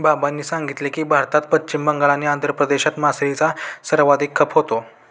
बाबांनी सांगितले की, भारतात पश्चिम बंगाल आणि आंध्र प्रदेशात मासळीचा सर्वाधिक खप होतो